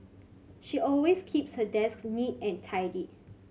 she always keeps her desk neat and tidy